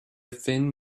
thin